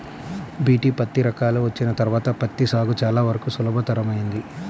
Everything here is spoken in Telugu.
బీ.టీ పత్తి రకాలు వచ్చిన తర్వాత పత్తి సాగు చాలా వరకు సులభతరమైంది